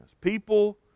People